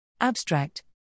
Abstract